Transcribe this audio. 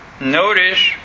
Notice